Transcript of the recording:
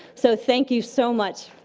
so thank you so much.